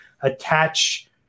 attach